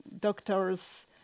doctors